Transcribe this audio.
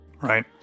right